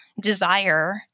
desire